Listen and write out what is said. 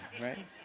right